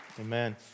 Amen